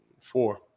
Four